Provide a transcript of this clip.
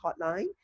hotline